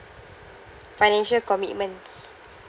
financial commitments